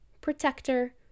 protector